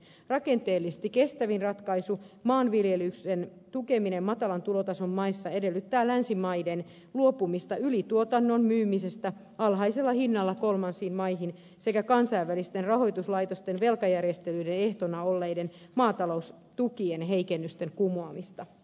rakenteellisesti kestävin ratkaisu maanviljelyksen tukeminen matalan tulotason maissa edellyttää länsimaiden luopumista ylituotannon myymisestä alhaisella hinnalla kolmansiin maihin sekä kansainvälisten rahoituslaitosten velkajärjestelyjen ehtona olleiden maataloustukien heikennysten kumoamista